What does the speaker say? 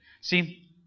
See